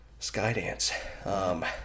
Skydance